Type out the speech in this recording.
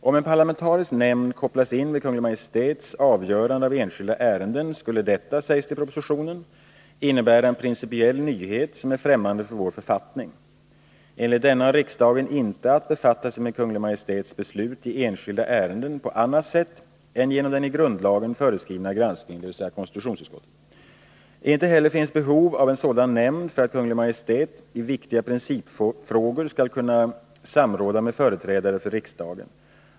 Om en parlamentarisk nämnd kopplas in vid Kungl. Maj:ts avgörande av enskilda ärenden, skulle detta, sägs det i propositionen, innebära en principiell nyhet som är främmande för vår författning. Enligt denna har riksdagen inte att befatta sig med Kungl. Maj:ts beslut i enskilda ärenden på annat sätt än genom den i grundlagen föreskrivna granskningen genom konstitutionsutskottet. Inte heller finns behov av en sådan nämnd för att Kungl. Maj:t i viktiga principfrågor skall kunna samråda med företrädare för riksdagen.